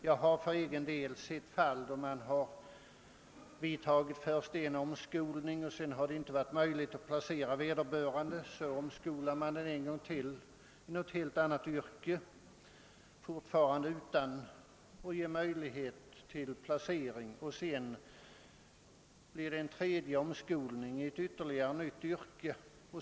Jag känner till fall då personer genomgått en första omskolning utan att kunna placeras, varefter en andra omskolning genomförts till ett helt annat yrke. Inte heller då har det varit möjligt att placera vederbörande, och så har det blivit en tredje omskolning till ytterligare ett yrke.